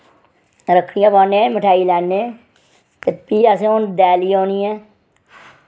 रक्खड़ियां पोआन्ने मठेआन्ई लैने ते फ्ही असें हून देआली औनी ऐ